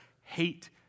hate